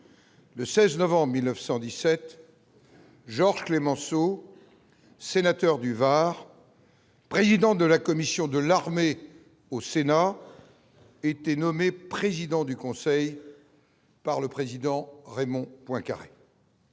Le 16 novembre 1917. Georges Clémenceau, sénateur du Var, président de la commission de l'armée au Sénat, a été nommé président du conseil par le président Raymond Poincaré.